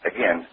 Again